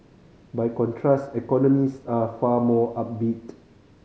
by contrast economists are far more upbeat